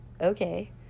okay